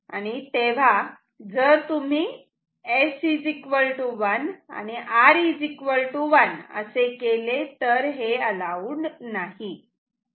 तेव्हा जर तुम्ही S 1 आणि R 1 असे केले तर हे अलाऊड नाही